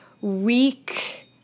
weak